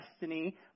destiny